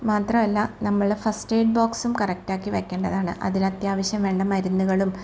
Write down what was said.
മാത്രമല്ല നമ്മളെ first aid ബോക്സ്സും കറക്റ്റാക്കി വയ്ക്കണ്ടതാണ് അതിൽ അത്യാവശ്യം വേണ്ട മരുന്നുകളും